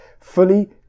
fully